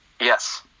Yes